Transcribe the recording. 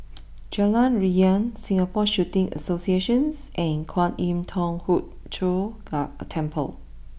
Jalan Riang Singapore Shooting Associations and Kwan Im Thong Hood Cho Temple